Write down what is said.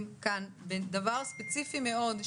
כאן בדבר ספציפי מאוד,